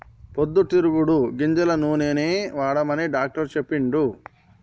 పొద్దు తిరుగుడు గింజల నూనెనే వాడమని డాక్టర్ చెప్పిండు